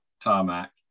tarmac